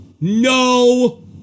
no